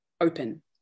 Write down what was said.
open